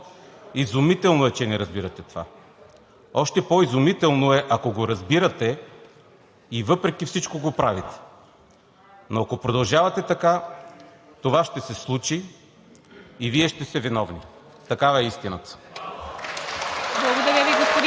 Изумително е, че не разбирате това! Още по-изумително е, ако го разбирате и въпреки всичко го правите! Но ако продължавате така, това ще се случи, и Вие ще сте виновни. Такава е истината!